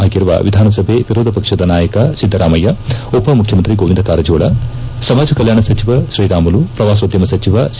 ಆಗಿರುವ ವಿಧಾನಸಭೆ ವಿರೋಧ ಪಕ್ಷದ ನಾಯಕ ಸಿದ್ದರಾಮಯ್ಯ ಉಪ ಮುಖ್ಯಮಂತ್ರಿ ಗೋವಿಂದ ಕಾರಜೋಳ ಸಮಾಜ ಕಲ್ನಾಣ ಸಚಿವ ತ್ರೀರಾಮುಲು ಶ್ರವಾಸೋದ್ಧಮ ಸಚಿವ ಸಿ